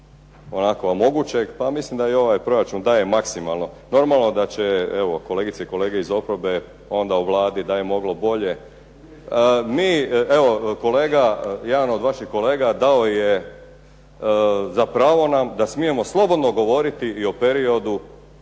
onako mogućeg pa mislim da i ovaj proračun daje maksimalno. Normalno da će evo kolegice i kolege iz oporbe onda u Vladi da je moglo bolje. Mi evo, kolega, jedan od vaših kolega dao je za pravo nam da smijemo slobodno govoriti i o periodu